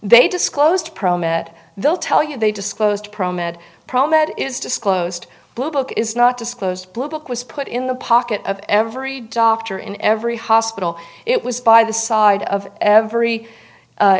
they disclosed pro med they'll tell you they disclosed pro med problem that is disclosed bluebook is not disclosed bluebook was put in the pocket of every doctor in every hospital it was by the side of every